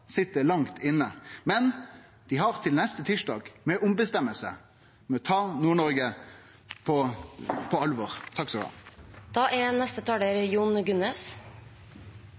sit det langt inne. Men dei har til neste tysdag med å ombestemme seg og ta Nord-Noreg på alvor. Det er